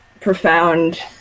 profound